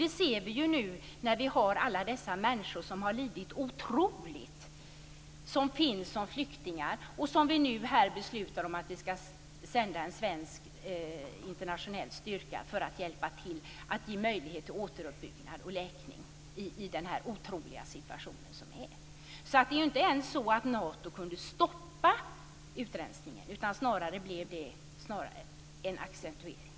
Det ser vi nu i form av alla de människor som har lidit otroligt mycket, som nu är flyktingar och för vilka vi nu här beslutar om att skicka svenskar i en internationell styrka för att hjälpa till med att ge möjligheter till återuppbyggnad och läkning i den otroliga situation som är. Det är alltså inte ens så att Nato kunde stoppa utrensningen. Snarare blev det en accentuering.